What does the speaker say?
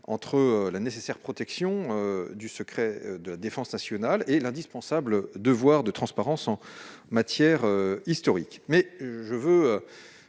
entre la nécessaire protection du secret de la défense nationale et l'indispensable devoir de transparence en matière historique.